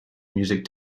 music